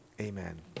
Amen